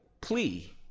plea